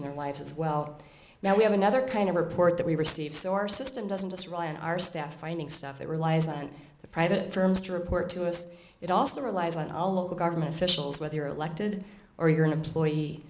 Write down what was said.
in their lives as well now we have another kind of report that we received our system doesn't just rely on our staff finding stuff it relies on the private firms to report to us it also relies on all local government officials whether elected or you're an employee